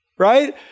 Right